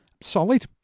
solid